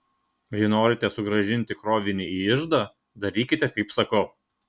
jei norite sugrąžinti krovinį į iždą darykite kaip sakau